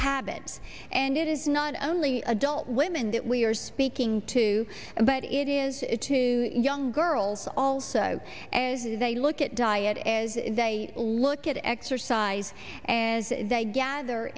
habits and it is not only adult women that we are speaking to but it is to young girls also as they look at diet as they look at exercise and they gather